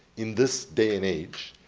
in this day and age,